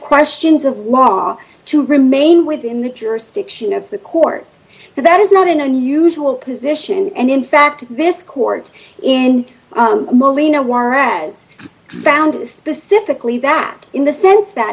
questions of law to remain within the jurisdiction of the court and that is not an unusual position and in fact this court in molino warez found specifically that in the sense that